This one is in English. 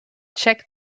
check